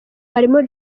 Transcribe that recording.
harimo